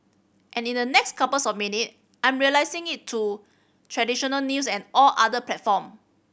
and in the next couple of minute I'm releasing it to traditional news and all other platform